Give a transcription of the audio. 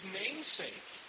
namesake